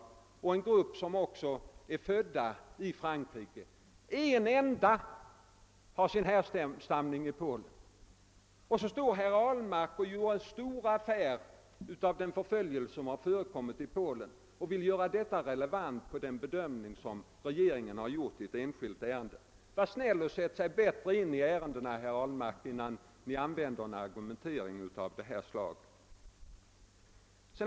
En del av gruppen är född i Frankrike. En enda zigenare härstammar från Polen. Och ändå gör herr Ahlmark stor affär av den förföljelse som har förekommit i Polen och vill betrakta den som relevant för regeringens bedömning av ärendet. Var snäll och sätt Er bättre in i ärendena, herr Ahlmark, innan Ni använder en argumentering av detta slag!